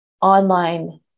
online